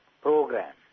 program